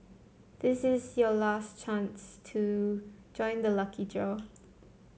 this is your last chance to join the lucky draw